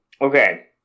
okay